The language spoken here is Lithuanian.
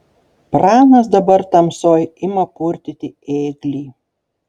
pranas dabar tamsoj ima purtyti ėglį